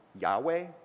Yahweh